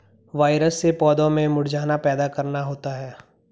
virus से पौधों में मुरझाना पैदा करना होता है